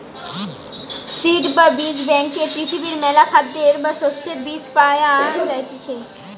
seed বা বীজ ব্যাংকে পৃথিবীর মেলা খাদ্যের বা শস্যের বীজ পায়া যাইতিছে